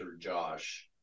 Josh